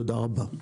תודה רבה.